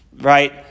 right